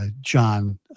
John